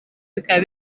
bikaba